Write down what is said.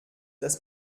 das